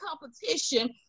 competition